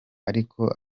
ariko